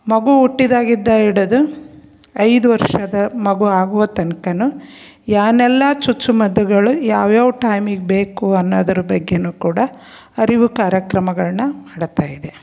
ಮಗು ಹುಟ್ಟಿದಾಗಿದ್ದ ಹಿಡುದು ಐದು ವರ್ಷದ ಮಗು ಆಗುವ ತನ್ಕ ಏನಲ್ಲ ಚುಚ್ಚುಮದ್ದುಗಳು ಯಾವ ಯಾವ ಟೈಮಿಗೆ ಬೇಕು ಅನ್ನೋದ್ರ ಬಗ್ಗೆಯು ಕೂಡ ಅರಿವು ಕಾರ್ಯಕ್ರಮಗಳನ್ನ ಮಾಡ್ತಾಯಿದೆ